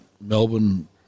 Melbourne